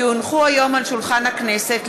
כי הונחו היום על שולחן הכנסת,